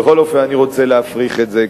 בכל אופן אני רוצה להפריך את זה,